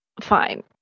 Fine